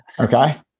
Okay